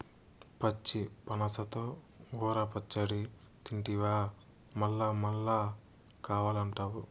పచ్చి పనసతో ఊర పచ్చడి తింటివా మల్లమల్లా కావాలంటావు